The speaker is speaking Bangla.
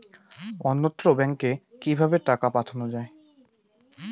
অন্যত্র ব্যংকে কিভাবে টাকা পাঠানো য়ায়?